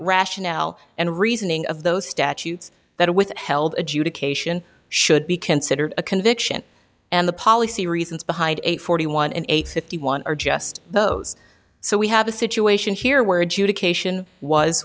rationale and reasoning of those statutes that are withheld adjudication should be considered a conviction and the policy reasons behind a forty one in fifty one or just those so we have a situation here where adjudication was